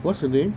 what's her name